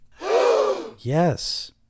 Yes